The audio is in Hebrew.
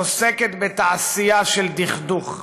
עוסקת בתעשייה של דכדוך.